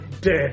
Dead